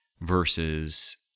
versus